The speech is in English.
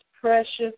precious